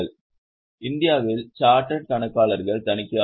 இந்தியாவில் சார்ட்டர்ட் கணக்காளர்கள் தணிக்கையாளர்கள்